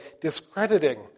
discrediting